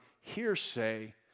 hearsay